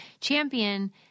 champion